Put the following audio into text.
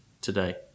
today